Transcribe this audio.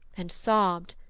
and sobbed,